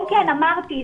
כן, כן, אמרתי.